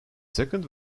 second